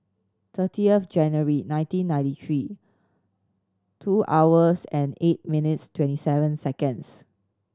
thirtieth January nineteen ninety three two hours and eight minutes twenty seven seconds